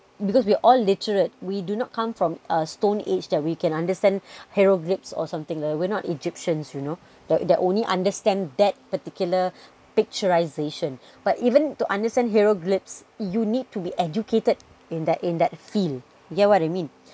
because we are all literate we do not come from a stone age that we can understand hieroglyphs or something like that we're not egyptians you know the they are only understand that particular picturisation but even to understand hieroglyphs you need to be educated in that in that field you get what I you mean